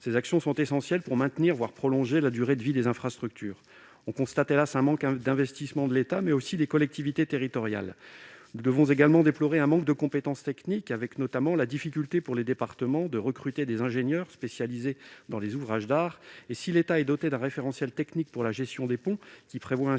Ces actions sont essentielles pour maintenir, voire prolonger, la durée de vie des infrastructures. Nous constatons, hélas, un manque d'investissement de l'État, mais aussi des collectivités territoriales. Nous devons également déplorer un manque de compétences techniques avec, notamment, la difficulté pour les départements de recruter des ingénieurs spécialisés dans les ouvrages d'art. Si l'État est doté d'un référentiel technique pour la gestion des ponts, qui prévoit un